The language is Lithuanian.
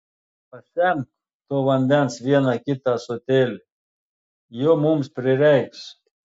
pasemk to vandens vieną kitą ąsotėlį jo mums prireiks